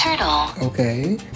Okay